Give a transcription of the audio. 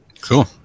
Cool